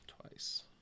twice